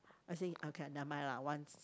I think okay never mind lah once